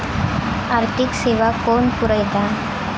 आर्थिक सेवा कोण पुरयता?